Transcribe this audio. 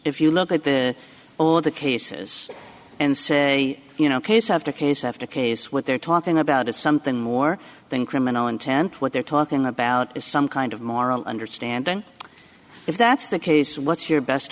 if you look at the the cases and say you know case after case after case what they're talking about is something more than criminal intent what they're talking about is some kind of moral understanding if that's the case what's your best